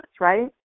right